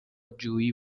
جویی